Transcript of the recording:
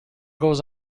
goes